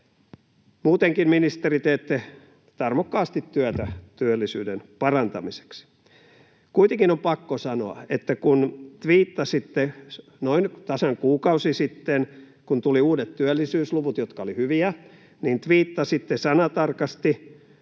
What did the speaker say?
Muutenkin, ministeri, teette tarmokkaasti työtä työllisyyden parantamiseksi. Kuitenkin on pakko sanoa, että kun noin tasan kuukausi sitten, kun tuli uudet työllisyysluvut, jotka olivat hyviä, te tviittasitte sanatarkasti